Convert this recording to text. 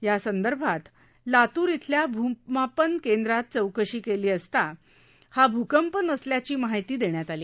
ह्यासंदर्भात लातूर येथील भूकंपमापन केंद्रात चौकशी केली असता हा भूकंप नसल्याची माहिती देण्यात आली